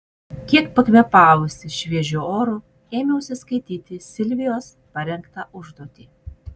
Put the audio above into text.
kiek pakvėpavusi šviežiu oru ėmiausi skaityti silvijos parengtą užduotį